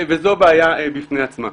וזאת בעיה בפני עצמה.